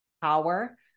power